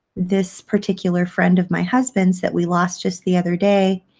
this particular friend of my husband's that we lost just the other day